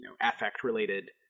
affect-related